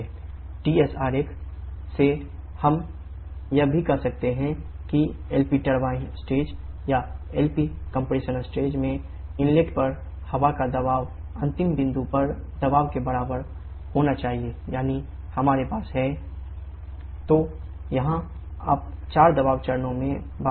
Ts आरेख से हम यह भी कह सकते हैं कि एलपी टरबाइन पर हवा का दबाव अंतिम बिंदु पर दबाव के बराबर होना चाहिए यानी हमारे पास 𝑃1 𝑃9 𝑃10 तो यहां आप चार दबाव चरणों में बात कर रहे हैं